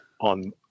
on